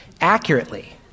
accurately